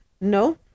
No